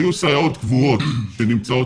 מ.ב.: היו סייעות קבועות שנמצאות